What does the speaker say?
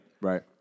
Right